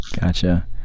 Gotcha